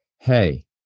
hey